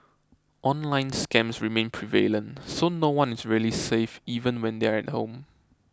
online scams remain prevalent so no one is really safe even when they're at home